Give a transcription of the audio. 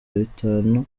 bitanu